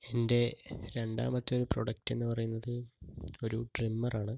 എൻ്റെ രണ്ടാമത്തെ ഒരു പ്രൊഡക്ട് എന്ന് പറയുന്നത് ഒരു ട്രിമ്മറാണ്